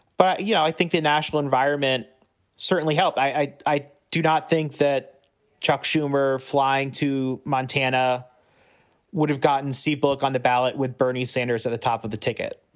but, you know, i think the national environment certainly helped. i i do not think that chuck schumer flying to montana would have gotten seabrooke on the ballot with bernie sanders at the top of the ticket.